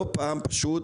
לא פעם פשוט